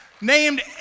named